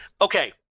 okay